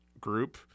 group